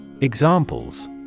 Examples